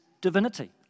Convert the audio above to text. divinity